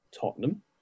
Tottenham